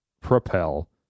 Propel